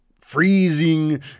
freezing